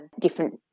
different